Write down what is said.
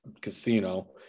Casino